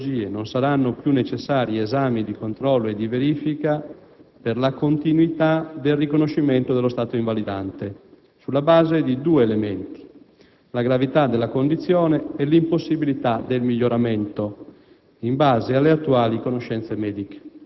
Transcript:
dell'autonomia personale e gravi limitazioni alla vita comunitaria. Per tali patologie non saranno più necessari esami di controllo e di verifica per la continuità del riconoscimento dello stato invalidante, sulla base di due elementi: